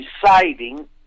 deciding